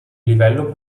livello